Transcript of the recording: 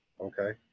Okay